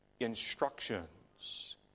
instructions